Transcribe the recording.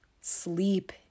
Sleep